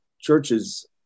churches